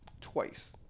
twice